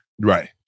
Right